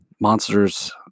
monsters